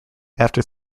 after